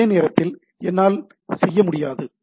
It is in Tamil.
அதே நேரத்தில் என்னால் செய்ய முடியாது